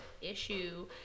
issue